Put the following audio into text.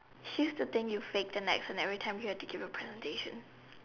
she used to think you faked at accent every time you give a presentation